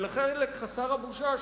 ולחלק חסר הבושה,